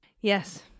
Yes